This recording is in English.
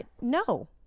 no